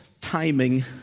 timing